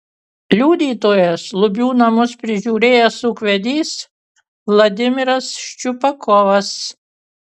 liudytojas lubių namus prižiūrėjęs ūkvedys vladimiras ščiupakovas